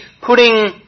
putting